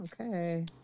Okay